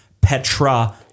Petra